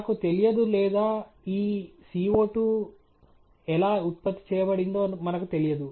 నాకు తెలియదు లేదా ఈ CO2 ఎలా ఉత్పత్తి చేయబడిందో మనకు తెలియదు